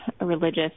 religious